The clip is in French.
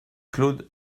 claude